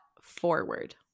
forward